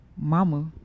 mama